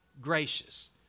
gracious